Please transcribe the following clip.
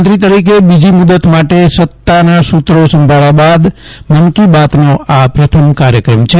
પ્રધાનમંત્રી તરીકે બીજી મુદ્દત માટે સત્તાના સૂત્રો સંભાળ્યા બાદ મન કી બાતનો આ પ્રથમ કાર્યક્રમ છે